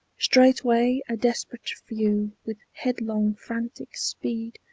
straightway, a desperate few, with headlong, frantic speed,